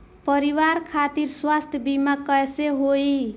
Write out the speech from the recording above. परिवार खातिर स्वास्थ्य बीमा कैसे होई?